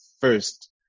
first